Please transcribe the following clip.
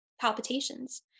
palpitations